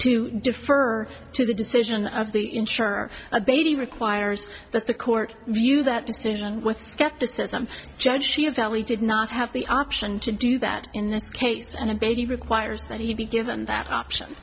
to defer to the decision of the insurer a baby requires that the court view that decision with skepticism judge she apparently did not have the option to do that in this case and a baby requires that he be given that option